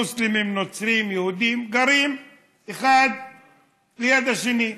מוסלמים, נוצרים, יהודים, גרים אחד ליד השני.